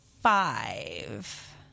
five